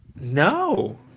no